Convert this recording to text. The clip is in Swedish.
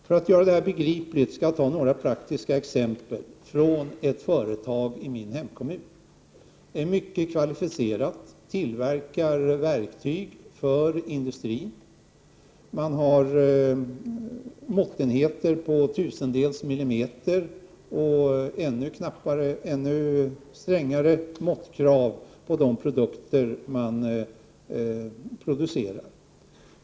För att göra det här begripligt skall jag ta några praktiska exempel från ett företag i min hemkommun. Det är en mycket kvalificerad tillverkare av verktyg för industrin. Man har måttenheter på tusendels millimeter och ännu strängare måttkrav på de produkter som man producerar.